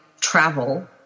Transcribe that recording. travel